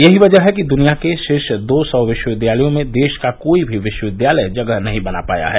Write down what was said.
यही वजह है कि द्निया के शीर्ष दो सौ विश्वविद्यालयों में देश का कोई भी विश्वविद्यालय जगह नहीं बना पाया है